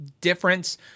difference